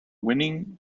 winning